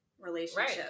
relationship